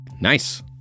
Nice